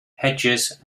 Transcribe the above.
hedges